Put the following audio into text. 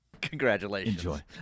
congratulations